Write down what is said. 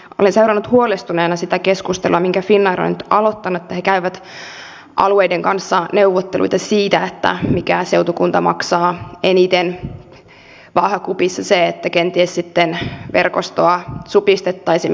olen seurannut huolestuneena sitä keskustelua minkä finnair on nyt aloittanut että he käyvät alueiden kanssa neuvotteluja siitä mikä seutukunta maksaa eniten vaakakupissa että kenties sitten verkostoa supistettaisiin